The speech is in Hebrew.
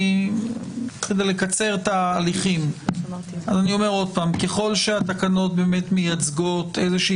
כדי לקצר את ההליכים אני אומר עוד פעם: ככל שהתקנות באמת מייצגות איזושהי